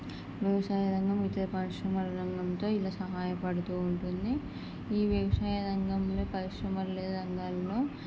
వ్యవసాయ రంగం ఇతర పరిశ్రమల రంగంతో ఇలా సహాయపడుతూ ఉంటుంది ఈ వ్యవసాయ రంగంలో పరిశ్రమలు అన్నీ రంగాల్లో